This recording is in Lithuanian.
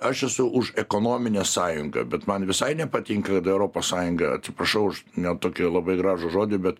aš esu už ekonominę sąjungą bet man visai nepatinka europos sąjunga atsiprašau už ne tokį labai gražų žodį bet